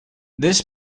this